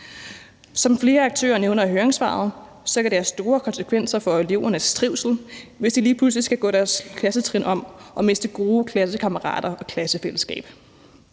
Som flere aktører nævner i høringssvarene, kan det have store konsekvenser for elevernes trivsel, hvis de lige pludselig skal gå deres klassetrin om og miste gode klassekammerater og klassefællesskab.